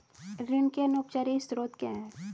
ऋण के अनौपचारिक स्रोत क्या हैं?